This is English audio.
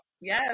Yes